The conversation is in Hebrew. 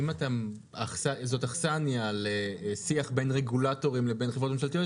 אם זאת אכסניה לשיח בין רגולטורים לבין חברות ממשלתיות,